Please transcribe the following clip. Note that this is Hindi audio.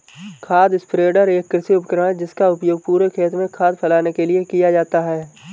खाद स्प्रेडर एक कृषि उपकरण है जिसका उपयोग पूरे खेत में खाद फैलाने के लिए किया जाता है